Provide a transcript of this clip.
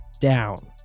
down